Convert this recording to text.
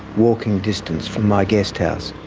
walking distance from my guesthouse.